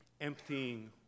emptying